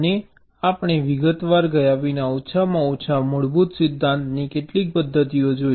અને આપણે વિગતવાર ગયા વિના ઓછામાં ઓછા મૂળભૂત સિદ્ધાંતની કેટલીક પદ્ધતિઓ જોઈ